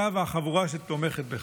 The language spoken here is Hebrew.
אתה והחבורה שתומכת בך,